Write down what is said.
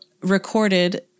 recorded